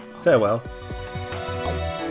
Farewell